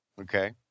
Okay